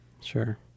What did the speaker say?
Sure